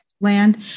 land